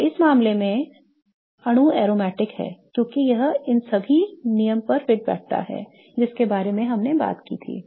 तो इस मामले में अणु aromatic है क्योंकि यह उन सभी 3 नियमों पर फिट बैठता है जिनके बारे में हमने बात की थी